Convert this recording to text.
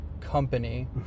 company